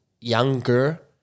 younger